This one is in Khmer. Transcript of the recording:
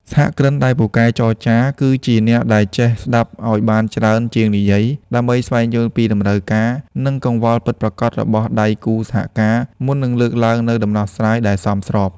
សហគ្រិនដែលពូកែចរចា គឺជាអ្នកដែលចេះស្ដាប់ឱ្យបានច្រើនជាងនិយាយ ដើម្បីស្វែងយល់ពីតម្រូវការ និងកង្វល់ពិតប្រាកដរបស់ដៃគូសហការ មុននឹងលើកឡើងនូវដំណោះស្រាយដែលសមស្រប។